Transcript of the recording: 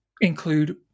include